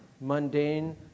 mundane